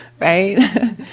right